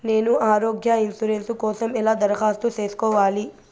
నేను ఆరోగ్య ఇన్సూరెన్సు కోసం ఎలా దరఖాస్తు సేసుకోవాలి